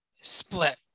split